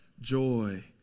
joy